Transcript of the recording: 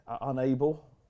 unable